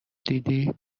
دیدی